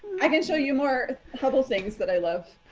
i can show you more hubble things that i love.